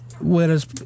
whereas